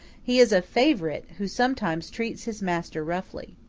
he is a favorite who sometimes treats his master roughly.